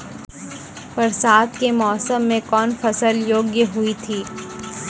बरसात के मौसम मे कौन फसल योग्य हुई थी?